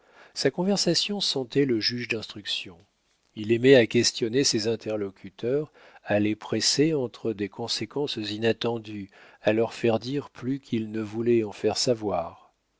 sa conversation sentait le juge d'instruction il aimait à questionner ses interlocuteurs à les presser entre des conséquences inattendues à leur faire dire plus qu'ils ne voulaient en faire savoir